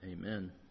Amen